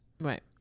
Right